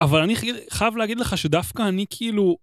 אבל אני חייב להגיד לך שדווקא אני כאילו...